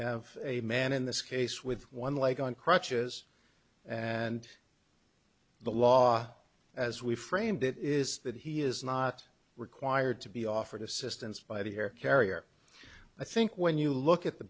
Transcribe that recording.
have a man in this case with one leg on crutches and the law as we framed it is that he is not required to be offered assistance by the air carrier i think when you look at the